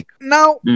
Now